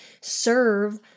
serve